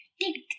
Tick